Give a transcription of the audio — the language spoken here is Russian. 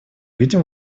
видим